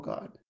God